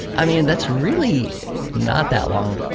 i mean that's really not that long,